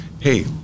hey